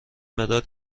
مداد